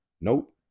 Nope